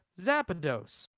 Zapdos